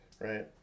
right